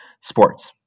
sports